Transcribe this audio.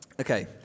Okay